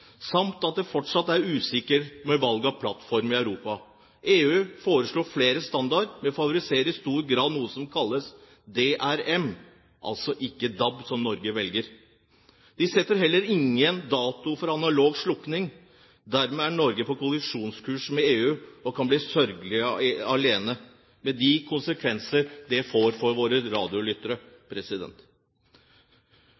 det også. Dessuten er fortsatt valget av plattform usikkert i Europa. EU foreslår flere standarder, men favoriserer i stor grad noe som kalles DRM, altså ikke DAB, som Norge velger. EU setter heller ingen dato for analog slukking. Dermed er Norge på kollisjonskurs med EU, og kan bli sørgelig alene, med de konsekvenser det får for våre radiolyttere.